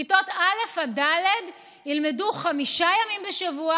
כיתות א' עד ד' ילמדו חמישה ימים בשבוע